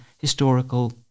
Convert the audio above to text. historical